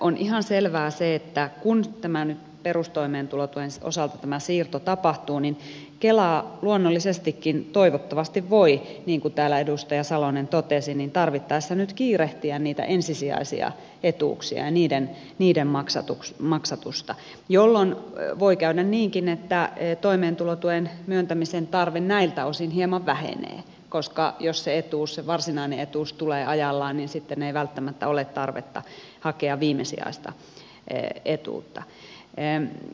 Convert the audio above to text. on ihan selvää se että kun nyt perustoimeentulotuen osalta tämä siirto tapahtuu niin kela luonnollisestikin toivottavasti voi niin kuin täällä edustaja salonen totesi tarvittaessa nyt kiirehtiä niitä ensisijaisia etuuksia ja niiden maksatusta jolloin voi käydä niinkin että toimeentulotuen myöntämisen tarve näiltä osin hieman vähenee koska jos se etuus se varsinainen etuus tulee ajallaan niin sitten ei välttämättä ole tarvetta hakea viimesijaista etuutta